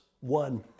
one